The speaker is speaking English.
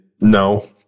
no